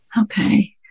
Okay